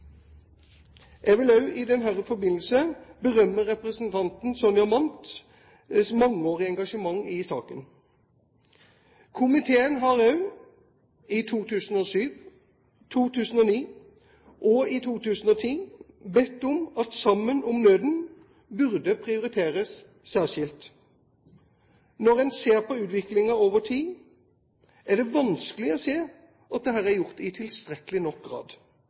Jeg vil også i den forbindelse berømme representanten Sonja Mandts mangeårige engasjement i saken. Komiteen har også i 2007, 2009 og 2010 bedt om at Sammen om Nøden burde prioriteres særskilt. Når man ser på utviklingen over tid, er det vanskelig å se at dette er gjort i tilstrekkelig nok grad.